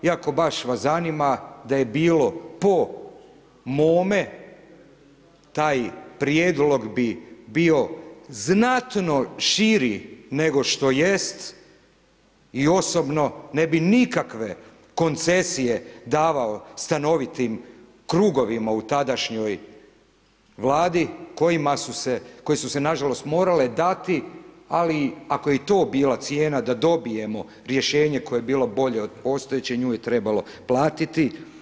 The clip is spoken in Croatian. I ako baš vas zanima da je bilo po mome taj prijedlog bi bio znatno širi nego što jest i osobno ne bi nikakve koncesije davao stanovitim krugovima u tadašnjoj Vladi koji su se na žalost morale dati, ali ako je i to bila cijena da dobijemo rješenje koje je bilo bolje od postojeće nju je trebalo platiti.